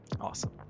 Awesome